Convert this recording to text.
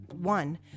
one